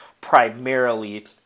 primarily